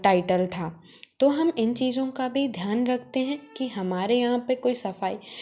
title था तो हम इन चीज़ों का भी ध्यान रखते हैं कि हमारे यहाँ पर कोई सफ़ाई